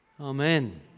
Amen